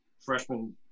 freshman